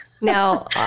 now